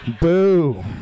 Boo